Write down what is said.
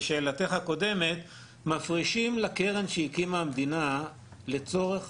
לשאלתך הקודמת מפרישים לקרן שהקימה המדינה לצורך